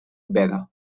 veda